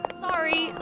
Sorry